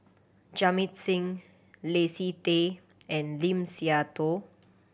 Jamit Singh Leslie Tay and Lim Siah Tong